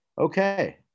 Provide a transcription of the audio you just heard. Okay